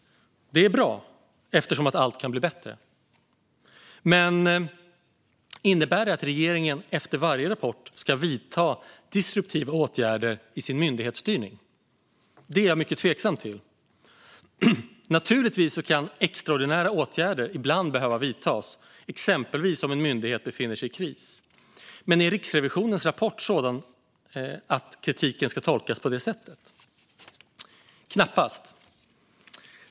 Det är bra, eftersom allt kan bli bättre. Men innebär det att regeringen efter varje rapport ska vidta disruptiva åtgärder i sin myndighetsstyrning? Det är jag mycket tveksam till. Naturligtvis kan extraordinära åtgärder ibland behöva vidtas, exempelvis om en myndighet befinner sig i kris. Men är Riksrevisionens rapport sådan att kritiken ska tolkas på det sättet? Knappast!